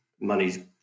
Money's